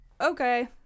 okay